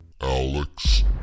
Alex